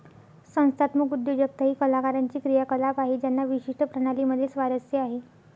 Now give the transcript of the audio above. संस्थात्मक उद्योजकता ही कलाकारांची क्रियाकलाप आहे ज्यांना विशिष्ट प्रणाली मध्ये स्वारस्य आहे